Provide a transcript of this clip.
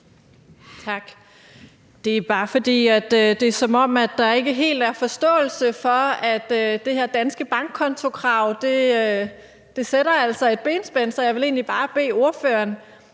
Tak. Det er bare, som om der ikke helt er forståelse for, at det her danske bankkontokrav altså sætter et benspænd ind. Så jeg vil egentlig bare bede ordføreren